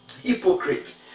hypocrite